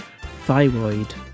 thyroid